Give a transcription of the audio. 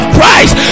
Christ